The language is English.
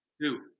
Two